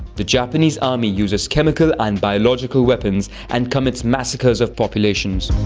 the japanese army uses chemical and biological weapons and commits massacres of populations,